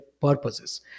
purposes